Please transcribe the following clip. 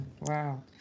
Wow